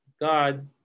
God